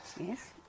Yes